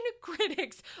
critics